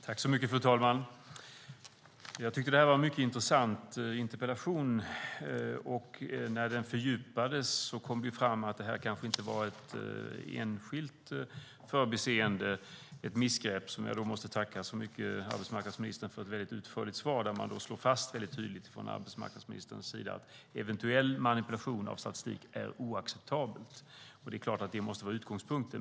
Fru talman! Det här är en mycket intressant interpellation. När frågan fördjupades kom det fram att det kanske inte var ett enskilt förbiseende, ett missgrepp. Jag måste tacka arbetsmarknadsministern så mycket för ett utförligt svar där man från arbetsmarknadsministerns sida tydligt slår fast att eventuell manipulation av statistik är oacceptabelt. Det måste förstås vara utgångspunkten.